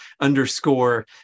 underscore